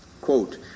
Quote